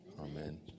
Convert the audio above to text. Amen